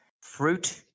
fruit